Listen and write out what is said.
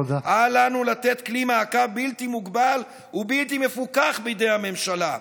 אל לנו לתת כלי מעקב בלתי מוגבל ובלתי מפוקח בידי הממשלה,